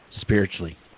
spiritually